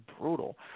brutal